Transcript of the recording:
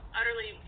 Utterly